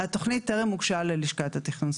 התכנית טרם הוגשה ללשכת התכנון.